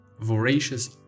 voracious